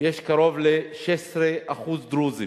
יש קרוב ל-16% דרוזים.